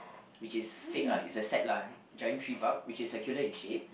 which is fake ah it's a set lah giant tree bark which is circular in shape